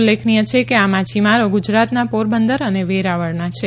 ઉલ્લેખનીય છે કે આ માછીમારી ગુજરાતના પોરબંદર અને વેરાવળના છે